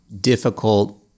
difficult